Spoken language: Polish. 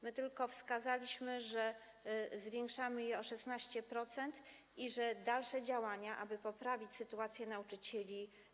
My tylko wskazaliśmy, że zwiększamy je o 16% i że będą dalsze działania, aby poprawić sytuację nauczycieli.